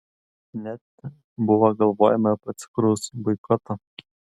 net buvo galvojama apie cukraus boikotą